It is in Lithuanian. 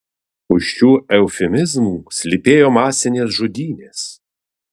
už šių eufemizmų slypėjo masinės žudynės